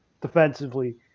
defensively